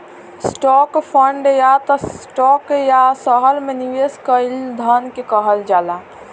stock fund या त stock या शहर में निवेश कईल धन के कहल जाला